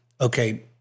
okay